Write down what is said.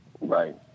Right